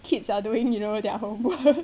kids are doing you know their homework